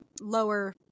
lower